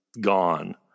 gone